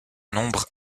nombre